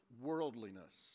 worldliness